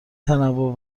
تنوع